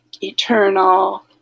eternal